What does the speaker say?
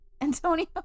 Antonio